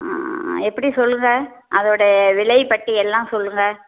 ஆ எப்படி சொல்லுங்கள் அதோடைய விலைப்பட்டியல் எல்லாம் சொல்லுங்கள்